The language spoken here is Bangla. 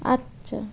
আচ্ছা